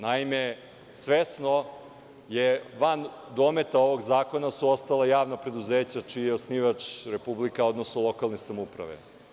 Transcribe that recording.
Naime, svesno van dometa ovog zakona su ostala javna preduzeća čiji je osnivač republika, odnosno lokalne samouprave.